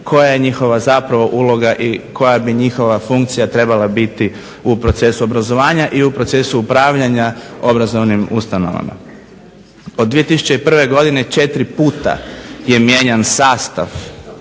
koja je njihova zapravo uloga i koja bi njihova funkcija trebala biti u procesu obrazovanja i u procesu upravljanja obrazovnim ustanovama. Od 2001. godine četiri puta je mijenjan sastav